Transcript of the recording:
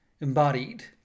embodied